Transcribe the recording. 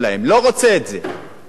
בבקשה, שהמדינה תהיה אחראית.